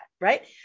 right